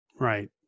Right